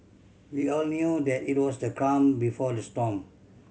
we all knew that it was the calm before the storm